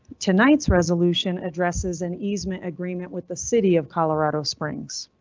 tonight's resolution addresses and easement agreement with the city of colorado springs.